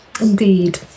Indeed